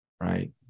right